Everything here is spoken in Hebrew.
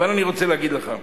אבל אני רוצה להגיד לך.